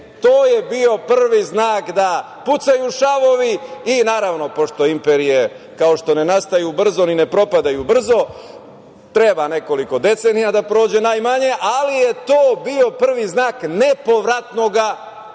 to je bio prvi znak da pucaju šavovi. Naravno, pošto imperije, kao što ne nastaju brzo i ne propadaju brzo, treba nekoliko decenija da prođe najmanje, ali je to bio prvi znak nepovratnog propadanja.